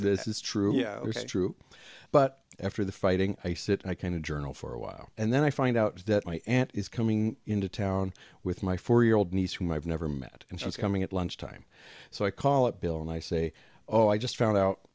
this is true yeah it's true but after the fighting i sit i kind of journal for a while and then i find out that my aunt is coming into town with my four year old niece whom i've never met and she's coming at lunch time so i call it bill and i say oh i just found out